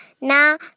Now